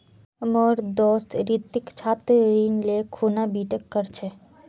मोर दोस्त रितिक छात्र ऋण ले खूना बीटेक कर छ